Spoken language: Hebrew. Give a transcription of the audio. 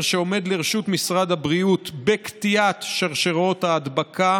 שעומד לרשות משרד הבריאות בקטיעת שרשרות ההדבקה